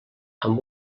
amb